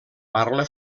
parla